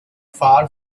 far